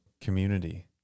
community